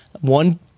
one